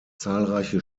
zahlreiche